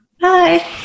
Bye